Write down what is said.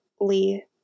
Lee